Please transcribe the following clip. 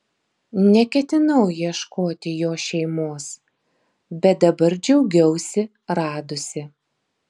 neketinau ieškoti jo šeimos bet dabar džiaugiausi radusi